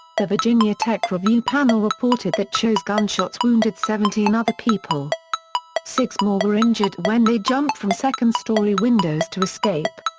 the virginia tech review panel reported that cho's gunshots wounded seventeen other people six more were injured when they jumped from second-story windows to escape.